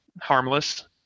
harmless